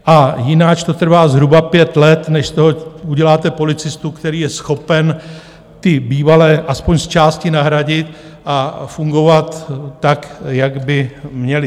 A jinak to trvá zhruba pět let, než z toho uděláte policistu, který je schopen ty bývalé aspoň zčásti nahradit a fungovat tak, jak by měl.